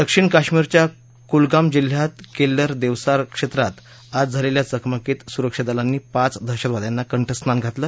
दक्षिण कश्मिरच्या कुलगाम जिल्ह्यात केल्लम देवसार क्षेत्रात आज झालेल्या चकमकीत सुरक्षा दलांनी पाच दहशतवाद्यांना कठस्नान घातलं